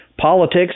politics